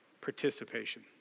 participation